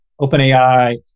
OpenAI